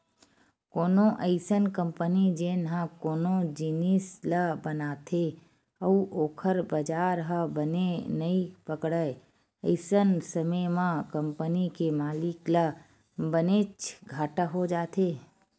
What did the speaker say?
कोनो अइसन कंपनी जेन ह कोनो जिनिस ल बनाथे अउ ओखर बजार ह बने नइ पकड़य अइसन समे म कंपनी के मालिक ल बनेच घाटा हो जाथे